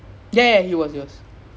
then he lost two four lah